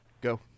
go